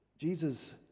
Jesus